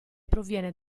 proviene